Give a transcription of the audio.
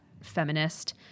feminist